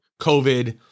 COVID